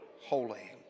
holy